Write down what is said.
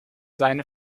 seine